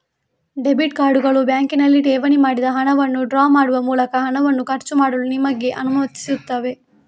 debit ಕಾರ್ಡುಗಳು ಬ್ಯಾಂಕಿನಲ್ಲಿ ಠೇವಣಿ ಮಾಡಿದ ಹಣವನ್ನು ಡ್ರಾ ಮಾಡುವ ಮೂಲಕ ಹಣವನ್ನು ಖರ್ಚು ಮಾಡಲು ನಿಮಗೆ ಅನುಮತಿಸುತ್ತವೆ